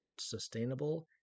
sustainable